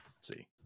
see